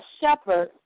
shepherd